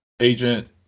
agent